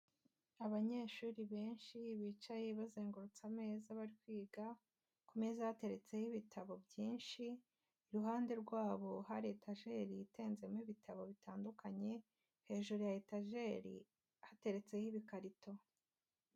Abanyeshuri benshi bicaye bazengurutse ameza bari kwiga, ku meza hateretseho ibitabo byinshi, iruhande rwabo hari etajeri itenzemo ibitabo bitandukanye, hejuru ya etajeri hateretseho ibikarito.